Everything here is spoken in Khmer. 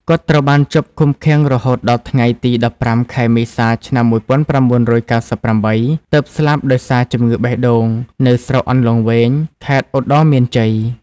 គាត់ត្រូវបានជាប់ឃុំឃាំងរហូតដល់ថ្ងៃទី១៥ ខែមេសា ឆ្នាំ១៩៩៨ ទើបស្លាប់ដោយសារជំងឺបេះដូង នៅស្រុកអន្លង់វែង ខេត្តឧត្តរមានជ័យ។